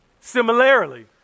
Similarly